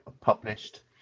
published